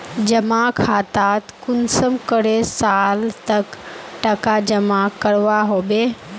जमा खातात कुंसम करे साल तक टका जमा करवा होबे?